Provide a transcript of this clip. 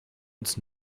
uns